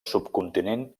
subcontinent